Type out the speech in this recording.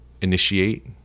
initiate